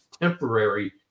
temporary